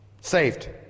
saved